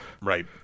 Right